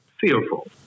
fearful